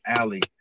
alley